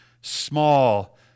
small